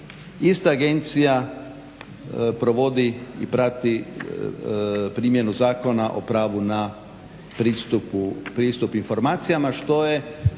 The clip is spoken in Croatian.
ista agencija provodi i prati primjenu Zakona o pravu na pristup informacijama, što je